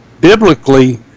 Biblically